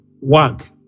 work